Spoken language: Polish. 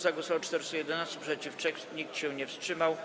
Za głosowało 411, przeciw - 3, nikt się nie wstrzymał.